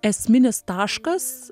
esminis taškas